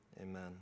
amen